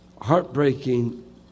heartbreaking